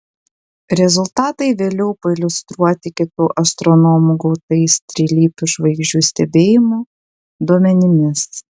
rezultatai vėliau pailiustruoti kitų astronomų gautais trilypių žvaigždžių stebėjimo duomenimis